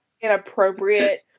inappropriate